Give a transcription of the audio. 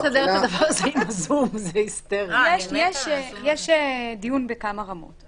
--- יש דיון בכמה רמות.